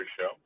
show